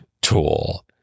tool